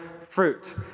fruit